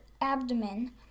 abdomen